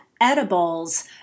edibles